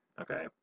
Okay